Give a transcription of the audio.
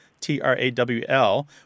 T-R-A-W-L